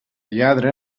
lladre